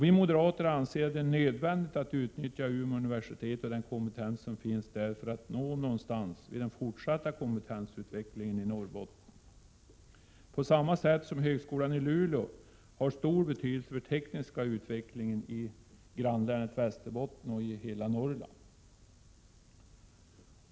Vi moderater anser att det är nödvändigt att utnyttja Umeå universitet och den kompetens som finns där för att nå någonstans vid den fortsatta kompetensutvecklingen i Norrbotten, på samma sätt som högskolan i Luleå har stor betydelse för teknisk utveckling i grannlänet Västerbotten och hela Norrland.